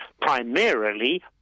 primarily